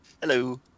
hello